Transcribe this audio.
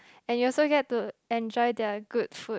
and you also get to enjoy their good food